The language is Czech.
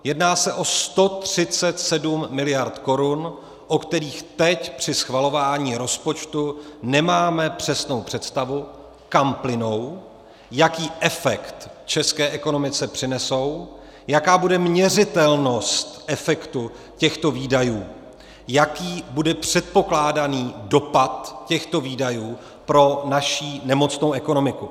Jedná se o 137 miliard korun, o kterých teď při schvalování rozpočtu nemáme přesnou představu, kam plynou, jaký efekt české ekonomice přinesou, jaká bude měřitelnost efektu těchto výdajů, jaký bude předpokládaný dopad těchto výdajů pro naši nemocnou ekonomiku.